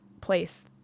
place